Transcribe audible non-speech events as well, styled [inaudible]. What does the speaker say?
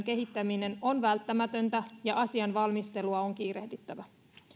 [unintelligible] kehittäminen on välttämätöntä ja asian valmistelua on kiirehdittävä